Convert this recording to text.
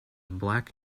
black